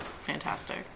fantastic